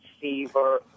fever